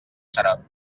serà